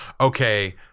okay